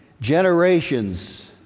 Generations